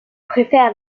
préfère